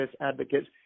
advocates